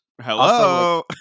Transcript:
Hello